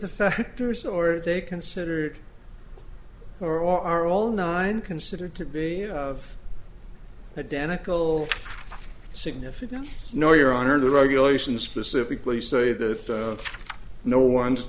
factors or they considered or are all nine considered to be of identical significance no your honor the regulations specifically say that no one